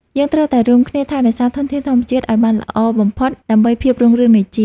យើងត្រូវតែរួមគ្នាថែរក្សាធនធានធម្មជាតិឱ្យបានល្អបំផុតដើម្បីភាពរុងរឿងនៃជាតិ។